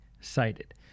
cited